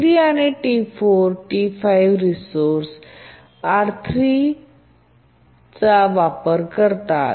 T3आणि T4 T5 resource R3 चा वापर करतात